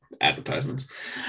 advertisements